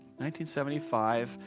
1975